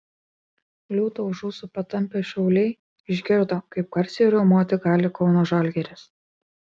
liūtą už ūsų patampę šiauliai išgirdo kaip garsiai riaumoti gali kauno žalgiris